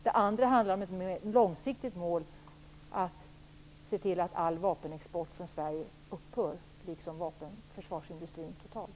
Det andra handlar om ett mer långsiktigt mål: att se till att all vapenexport från Sverige upphör, liksom försvarsindustrin totalt.